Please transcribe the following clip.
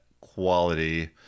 quality